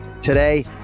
today